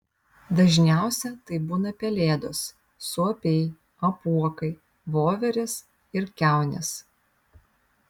dažniausia tai būna pelėdos suopiai apuokai voverės ir kiaunės